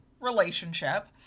relationship